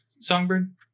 Songbird